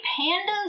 pandas